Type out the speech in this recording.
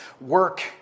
work